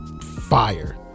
fire